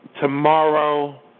tomorrow